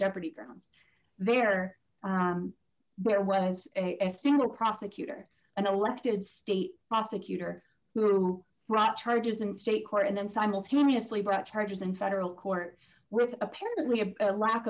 jeopardy grounds there where when it's a single prosecutor an elected state prosecutor who brought charges in state court and then simultaneously brought charges in federal court with apparently a lack